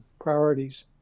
priorities